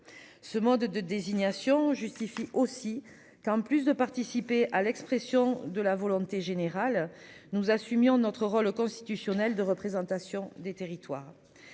Ce mode de désignation justifie aussi qu'en plus de participer à l'expression de la volonté générale nous assumions notre rôle constitutionnel de représentation des territoires.